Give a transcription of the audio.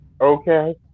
okay